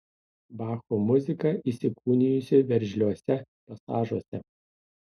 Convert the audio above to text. bacho muzika įsikūnijusi veržliuose pasažuose